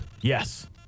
Yes